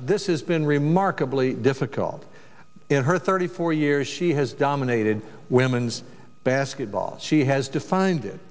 this is been remarkably difficult in her thirty four years she has dominated women's basketball she has defined it